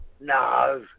No